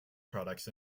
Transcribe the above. products